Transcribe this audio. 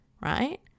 right